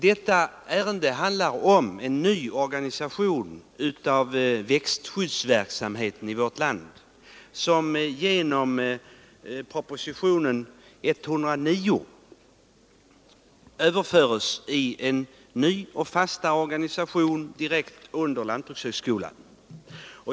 Detta ärende handlar om en ny ordning för växtskyddsverksamheten i vårt land, som i propositionen 109 föreslås bli överförd till en ny, fastare organisation direkt under lantbrukshögskolan.